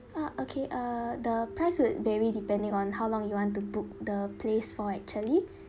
uh okay uh the price would vary depending on how long you want to book the place for actually